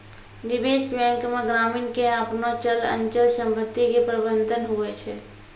निबेश बेंक मे ग्रामीण के आपनो चल अचल समपत्ती के प्रबंधन हुवै छै